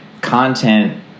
content